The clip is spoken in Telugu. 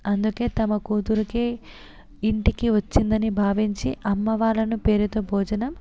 అందుకే తమ కూతురికి ఇంటికి వచ్చిందని భావించి అమ్మవారలను పేరుతో భోజనం